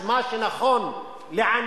יפה.